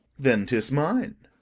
then tis mine.